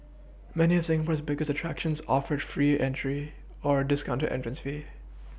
many of Singapore's biggest attractions offered free entry or discounted entrance fee